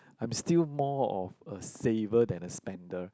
I'm still more of a saver than a spender